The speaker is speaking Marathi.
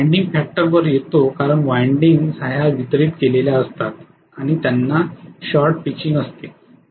वाइंडिंग फॅक्टर वर येतो कारण वाइंडिंगस ह्या वितरीत केलेल्या असतात आणि त्यांना शॉर्ट पिचिंग असते